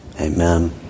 amen